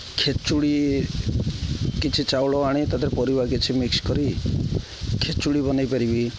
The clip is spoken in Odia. ଖେଚୁଡ଼ି କିଛି ଚାଉଳ ଆଣି ତାଦେହରେ ପରିବା କିଛି ମିକ୍ସ୍ କରି ଖେଚୁଡ଼ି ବନେଇପାରିବି